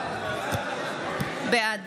בעד